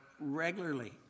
regularly